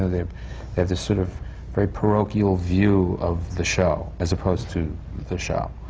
they have this sort of very parochial view of the show, as opposed to this show.